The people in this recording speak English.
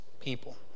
people